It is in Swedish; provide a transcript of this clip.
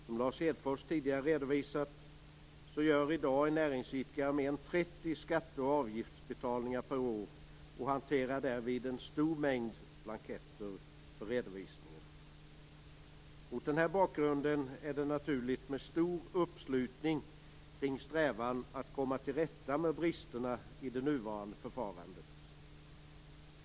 Som Lars Hedfors tidigare redovisat, gör en näringsidkare i dag mer än 30 skatte och avgiftsbetalningar per år och hanterar därvid en stor mängd blanketter för redovisningen. Mot denna bakgrund är det naturligt med stor uppslutning kring strävan att komma till rätta med bristerna i det nuvarande förfarandet.